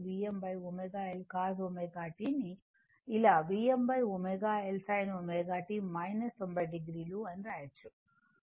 ని ఇలా Vmω L sin ω t 90 o రాయొచ్చు